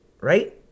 right